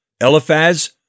Eliphaz